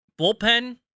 bullpen